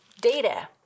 data